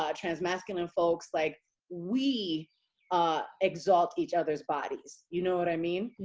um trans masculine folks like we ah exalt each other's bodies. you know what i mean.